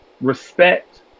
respect